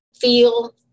feel